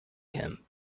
him